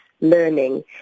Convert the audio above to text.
learning